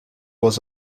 was